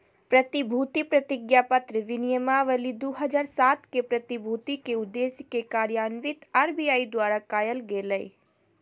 प्रतिभूति प्रतिज्ञापत्र विनियमावली दू हज़ार सात के, प्रतिभूति के उद्देश्य के कार्यान्वित आर.बी.आई द्वारा कायल गेलय